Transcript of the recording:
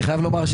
אני חייב לומר,